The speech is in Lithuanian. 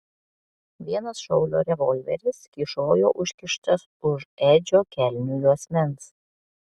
vienas šaulio revolveris kyšojo užkištas už edžio kelnių juosmens